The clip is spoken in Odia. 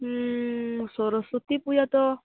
ହୁଁ ସରସ୍ୱତୀ ପୂଜା ତ